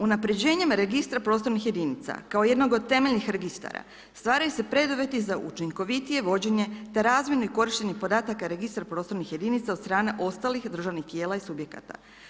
Unapređenjem Registra prostornih jedinica kao jednog od temeljnih registara stvaraju se preduvjeti za učinkovitije vođenje te razmjerno korištenje podataka registara prostornih jedinica od strane ostalih državnih tijela i subjekata.